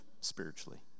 spiritually